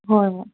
ꯍꯣꯏ ꯍꯣꯏ